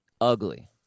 ugly